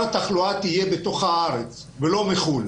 התחלואה יהיה בתוך הארץ ולא מחוץ לארץ.